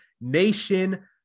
nation